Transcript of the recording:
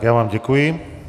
Já vám děkuji.